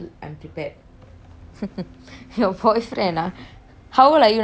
your boyfriend ah how old are you now ah I forget already